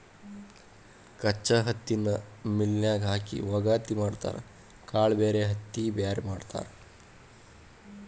ಕಚ್ಚಾ ಹತ್ತಿನ ಮಿಲ್ ನ್ಯಾಗ ಹಾಕಿ ವಗಾತಿ ಮಾಡತಾರ ಕಾಳ ಬ್ಯಾರೆ ಹತ್ತಿ ಬ್ಯಾರೆ ಮಾಡ್ತಾರ